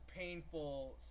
painful